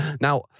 Now